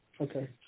Okay